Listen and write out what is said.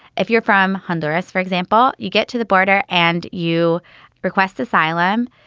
if you're from honduras, for example, you get to the border and you request asylum,